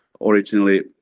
originally